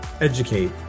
educate